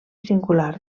singular